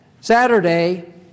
Saturday